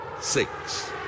six